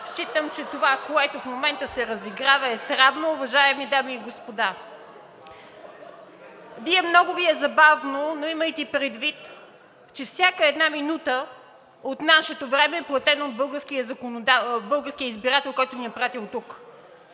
Считам, че това, което в момента се разиграва, е срамно. Уважаеми дами и господа, много Ви е забавно, но имайте предвид, че всяка една минута от нашето време е платено от българския избирател, който ни е изпратил тук.